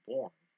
Born